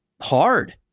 hard